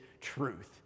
truth